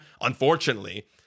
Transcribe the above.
Unfortunately